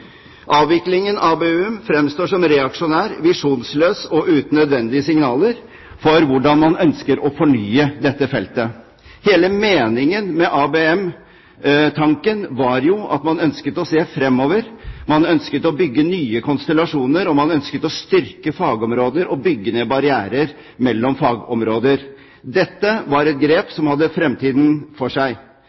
Avviklingen av B-utviklingen fremstår som reaksjonær, visjonsløs og uten nødvendige signaler om hvordan man ønsker å fornye dette feltet. Hele meningen med ABM-tanken var jo at man ønsket å se fremover, man ønsket å bygge nye konstellasjoner, og man ønsket å styrke fagområder og bygge ned barrierer mellom fagområder. Dette var et grep som hadde fremtiden for seg.